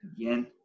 again